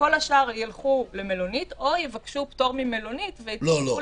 כל השאר ילכו למלונית או יבקשו פטור ממלונית ויצטרכו